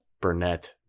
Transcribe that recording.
Burnett